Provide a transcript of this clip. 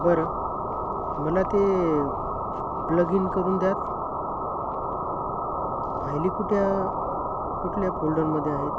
बरं मला ते प्लग इन करूद्यात फायली कुट्या कुठल्या फोल्डरमध्ये आहेत